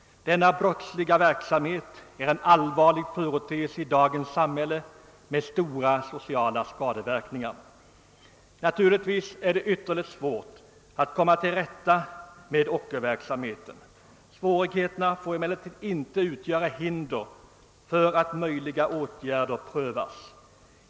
Denna brottsliga verksamhet är en allvarlig företeelse i dagens samhälle med stora sociala skadeverkningar. Naturligtvis är det ytterligt svårt att komma till rätta med ockerverksamheten. Svårigheterna får emellertid inte utgöra hinder för att möjliga åtgärder prövas.